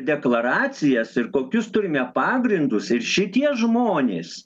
deklaracijas ir kokius turime pagrindus ir šitie žmonės